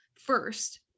first